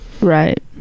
right